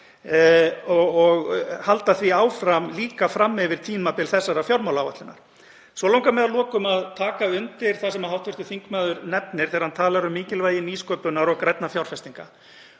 og halda því áfram líka fram yfir tímabil þessarar fjármálaáætlunar. Mig langar að lokum að taka undir það sem hv. þingmaður nefnir þegar hann talar um mikilvægi nýsköpunar og grænna fjárfestinga.